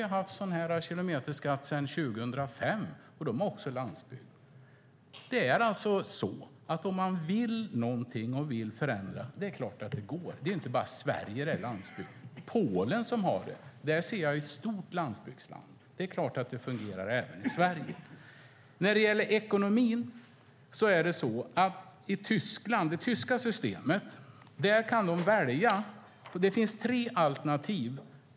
De har ju haft kilometerskatt sedan 2005, och de har också landsbygd. Om man vill förändra går det naturligtvis. Det är inte bara Sverige som har landsbygd. Polen har det. Det är ett stort landsbygdsland. Det är klart att det fungerar även i Sverige. I det tyska systemet kan man välja betalningssätt. Det finns tre alternativ.